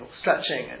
stretching